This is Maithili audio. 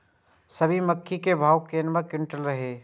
अभी मक्का के भाव केना क्विंटल हय?